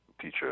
teacher